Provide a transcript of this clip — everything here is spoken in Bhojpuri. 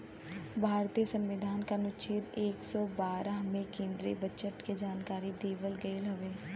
भारतीय संविधान के अनुच्छेद एक सौ बारह में केन्द्रीय बजट के जानकारी देवल गयल हउवे